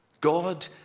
God